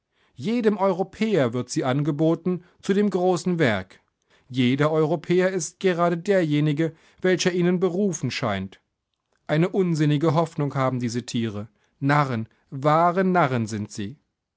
jedem europäer wird sie angeboten zu dem großen werk jeder europäer ist gerade derjenige welcher ihnen berufen scheint eine unsinnige hoffnung haben diese tiere narren wahre narren sind sie